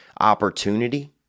opportunity